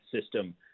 system